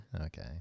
Okay